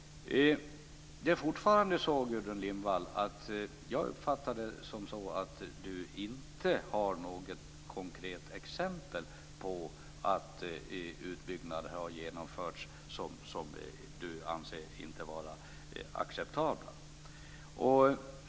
Jag uppfattar det fortfarande som att Gudrun Lindvall inte har något konkret exempel på att utbyggnader som hon anser inte vara acceptabla har genomförts.